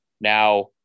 Now